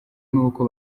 nuko